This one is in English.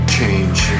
change